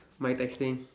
mic testing